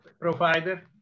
provider